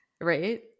Right